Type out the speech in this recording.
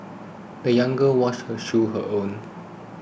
the young girl washed her shoes her own